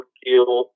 kill